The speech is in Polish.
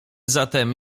zatem